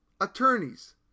attorneys